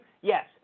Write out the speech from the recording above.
Yes